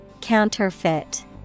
Counterfeit